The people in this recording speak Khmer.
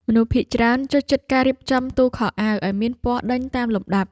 មនុស្សភាគច្រើនចូលចិត្តការរៀបចំទូខោអាវឱ្យមានពណ៌ដេញតាមលំដាប់។